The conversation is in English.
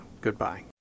Goodbye